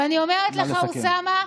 ואני אומרת לך, אוסאמה,